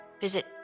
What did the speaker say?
Visit